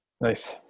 Nice